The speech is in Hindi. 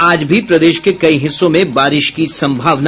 आज भी प्रदेश के कई हिस्सों में बारिश की संभावना